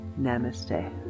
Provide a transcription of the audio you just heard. Namaste